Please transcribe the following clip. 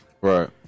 right